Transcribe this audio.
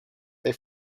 they